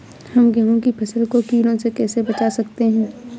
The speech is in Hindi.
हम गेहूँ की फसल को कीड़ों से कैसे बचा सकते हैं?